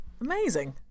Amazing